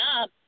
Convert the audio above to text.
up